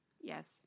Yes